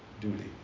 duty